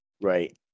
right